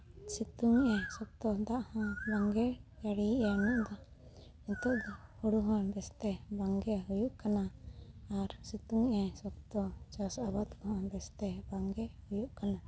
ᱥᱤᱛᱩᱝ ᱮᱫᱟᱭ ᱥᱚᱠᱛᱚ ᱫᱟᱜ ᱦᱚᱸ ᱵᱟᱝ ᱜᱮᱭ ᱡᱟᱹᱲᱤᱭᱮᱫᱟ ᱩᱱᱟᱹᱜ ᱫᱚ ᱱᱤᱛᱳᱜ ᱫᱚ ᱦᱩᱲᱩ ᱦᱚᱸ ᱵᱮᱥᱛᱮ ᱵᱟᱝ ᱜᱮ ᱦᱩᱭᱩᱜ ᱠᱟᱱᱟ ᱟᱨ ᱥᱤᱛᱩᱝ ᱮᱫᱟᱭ ᱥᱚᱠᱛᱚ ᱪᱟᱥ ᱟᱵᱟᱫ ᱠᱚᱦᱚᱸ ᱵᱮᱥᱛᱮ ᱵᱟᱝ ᱜᱮ ᱦᱩᱭᱩᱜ ᱠᱟᱱᱟ